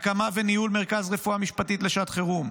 הקמה וניהול של מרכז רפואה משפטית לשעת חירום,